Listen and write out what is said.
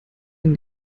den